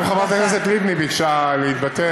גם חברת הכנסת לבני ביקשה להתבטא.